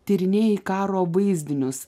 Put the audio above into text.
tyrinėji karo vaizdinius